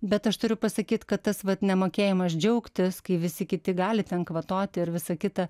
bet aš turiu pasakyt kad tas vat nemokėjimas džiaugtis kai visi kiti gali ten kvatoti ir visa kita